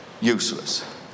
useless